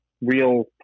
real